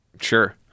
Sure